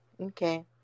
Okay